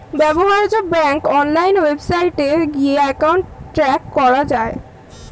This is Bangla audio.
ব্যবহার্য ব্যাংক অনলাইন ওয়েবসাইটে গিয়ে অ্যাকাউন্ট ট্র্যাক করা যায়